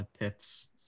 tips